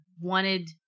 wanted